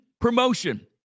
promotion